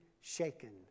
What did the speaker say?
shaken